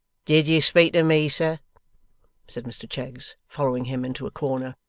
did you speak to me, sir said mr cheggs, following him into a corner.